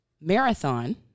marathon